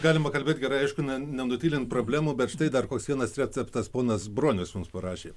galima kalbėt gerai aišku ne nenutylint problemų bet štai dar koks vienas receptas ponas bronius mums parašė